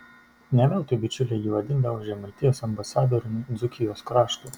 ne veltui bičiuliai jį vadindavo žemaitijos ambasadoriumi dzūkijos kraštui